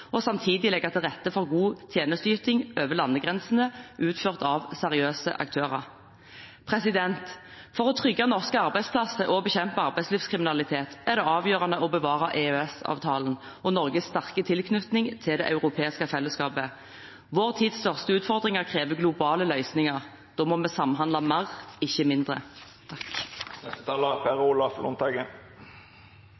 og samtidig legge til rette for god tjenesteyting over landegrensene utført av seriøse aktører. For å trygge norske arbeidsplasser og bekjempe arbeidslivskriminalitet er det avgjørende å bevare EØS-avtalen og Norges sterke tilknytning til det europeiske fellesskapet. Vår tids største utfordringer krever globale løsninger. Da må vi samhandle mer, ikke mindre.